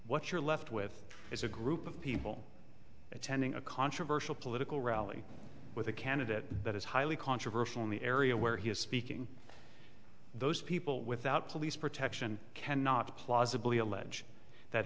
what you're left with is a group of people attending a controversial political rally with a candidate that is highly controversial in the area where he is speaking those people without police protection cannot plausibly allege that